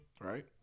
Right